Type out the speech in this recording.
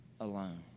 alone